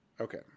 Okay